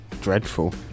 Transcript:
dreadful